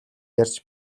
ярьж